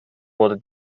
wurde